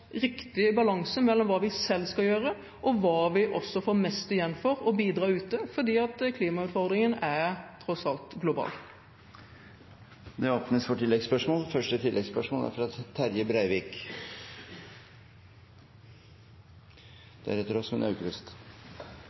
riktig balanse mellom hva vi selv skal gjøre, og hva vi får mest igjen for ved å bidra ute, for klimautfordringen er tross alt global. Det åpnes for oppfølgingsspørsmål – først Terje Breivik.